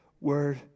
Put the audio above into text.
word